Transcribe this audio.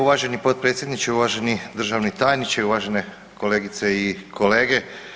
Uvaženi potpredsjedniče, uvaženi državni tajniče, uvažene kolegice i kolege.